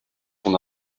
son